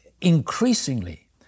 increasingly